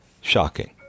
Shocking